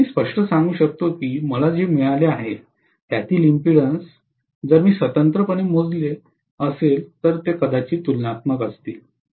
म्हणून मी स्पष्टपणे सांगू शकतो की मला जे मिळाले आहे त्यातील इम्पीडेन्स जरी मी स्वतंत्रपणे मोजले असेल कदाचित ते तुलनात्मक असतील